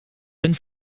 hun